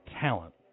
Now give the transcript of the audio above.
talent